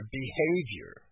behavior